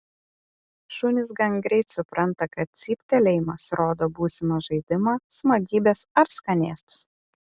šunys gan greit supranta kad cyptelėjimas rodo būsimą žaidimą smagybes ar skanėstus